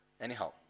Anyhow